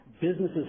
businesses